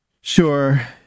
Sure